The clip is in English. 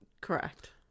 Correct